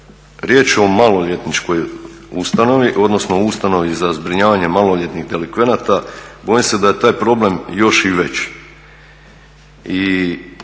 riječ o maloljetničkoj ustanovi odnosno ustanovi za zbrinjavanje maloljetnih delikvenata bojim se da je taj problem još i veći. I